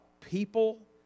people